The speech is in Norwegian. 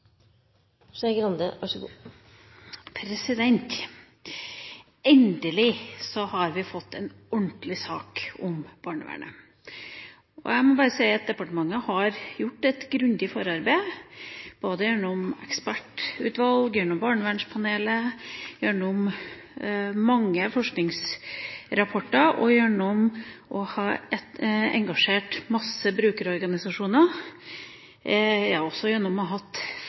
Så her er det mange store hull i dokumentet. Det står jeg ved. Replikkordskiftet er avsluttet. Endelig har vi fått en ordentlig sak om barnevernet. Jeg må bare si at departementet har gjort et grundig forarbeid, både gjennom ekspertutvalg, gjennom Barnevernpanelet, gjennom mange forskningsrapporter og gjennom å ha engasjert masse brukerorganisasjoner – ja også gjennom å ha hatt